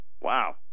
Wow